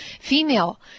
female